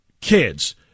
kids